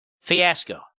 fiasco